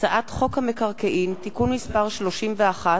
הצעת חוק המקרקעין (תיקון מס' 31),